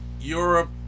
Europe